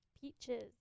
Peaches